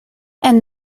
and